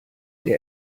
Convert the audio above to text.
der